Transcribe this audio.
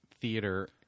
Theater